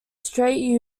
straight